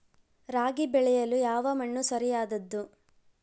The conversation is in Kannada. ರಾಗಿ ಬೆಳೆಯಲು ಯಾವ ಮಣ್ಣು ಸರಿಯಾದದ್ದು?